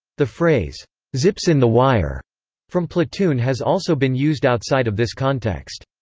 the phrase zips in the wire from platoon has also been used outside of this context.